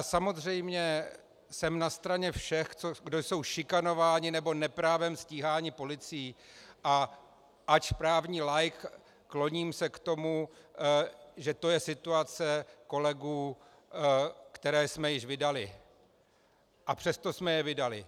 Samozřejmě jsem na straně všech, kdo jsou šikanováni nebo neprávem stíháni policií, a ač právní laik, kloním se k tomu, že to je situace kolegů, které jsme již vydali, a přesto jsme je vydali.